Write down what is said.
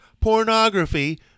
pornography